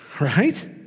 Right